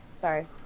sorry